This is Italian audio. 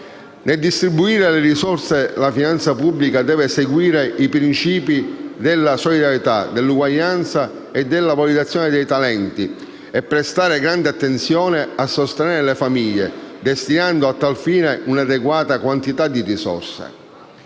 Nel distribuire le risorse, la finanza pubblica deve seguire i principi della solidarietà, dell'uguaglianza e della valorizzazione dei talenti, e prestare grande attenzione a sostenere le famiglie, destinando a tal fine un'adeguata quantità di risorse.